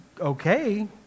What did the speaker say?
okay